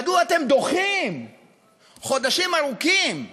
מדוע אתם דוחים חודשים ארוכים,